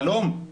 חלום.